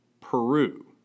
Peru